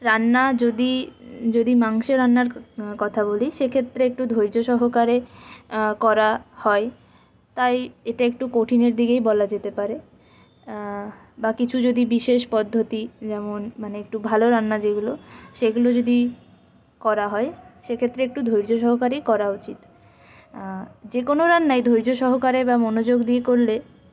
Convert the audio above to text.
রান্না যদি যদি মাংস রান্নার কথা বলি সেক্ষেত্রে একটু ধৈর্য সহকারে করা হয় তাই এটা একটু কঠিনের দিকেই বলা যেতে পারে বা কিছু যদি বিশেষ পদ্ধতি যেমন মানে একটু ভালো রান্না যেগুলো সেগুলো যদি করা হয় সেক্ষেত্রে একটু ধৈর্য সহকারেই করা উচিত যেকোনো রান্নায় ধৈর্য সহকারে বা মনোযোগ দিয়ে করলে